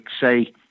say